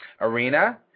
arena